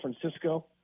Francisco